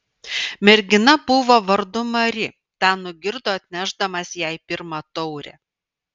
mergina buvo vardu mari tą nugirdo atnešdamas jai pirmą taurę